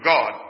God